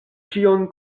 ĉion